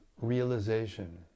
realization